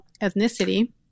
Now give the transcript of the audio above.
ethnicity